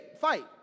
fight